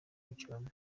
kwicaramo